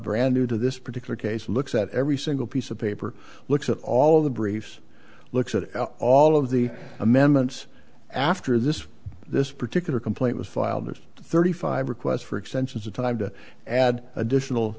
brand new to this particular case looks at every single piece of paper looks at all of the briefs looks at all of the amendments after this this particular complaint was filed there's thirty five requests for extensions of time to add additional